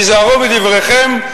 היזהרו בדבריכם.